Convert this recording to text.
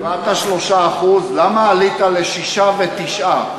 קבעת 3%. למה עלית ל-6% ול-9%?